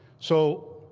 so